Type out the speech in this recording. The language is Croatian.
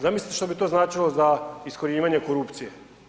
Zamislite što bi to značilo za iskorjenjivanje korupcije.